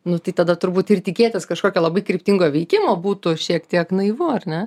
nu tai tada turbūt ir tikėtis kažkokio labai kryptingo veikimo būtų šiek tiek naivu ar ne